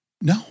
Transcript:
No